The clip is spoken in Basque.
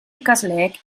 ikasleek